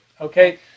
Okay